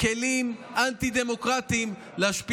כלים אנטי-דמוקרטיים.